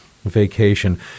Vacation